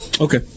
Okay